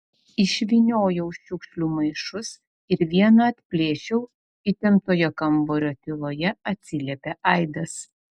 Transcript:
išvyniojau šiukšlių maišus ir vieną atplėšiau įtemptoje kambario tyloje atsiliepė aidas